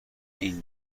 این